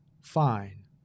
fine